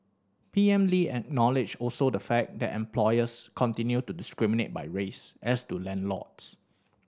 P M Lee acknowledged also the fact that employers continue to discriminate by race as do landlords